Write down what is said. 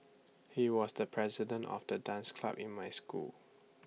he was the president of the dance club in my school